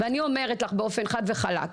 ואני אומרת לך באופן חד וחלק,